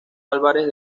álvarez